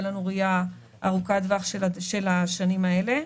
לנו ראייה ארוכת טווח של השנים האלה.